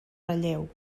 relleu